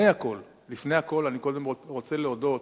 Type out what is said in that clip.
אבל לפני הכול אני רוצה להודות